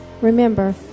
Remember